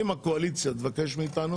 אם הקואליציה תבקש מאיתנו